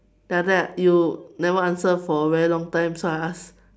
then after that you never answer for a very long time so I ask